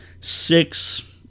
six